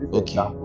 okay